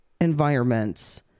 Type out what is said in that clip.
environments